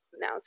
now